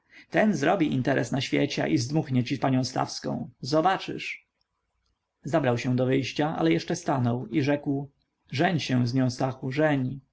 ten zrobi interes na świecie i zdmuchnie ci panią stawską zobaczysz zabrał się do wyjścia ale jeszcze stanął i rzekł żeń się z nią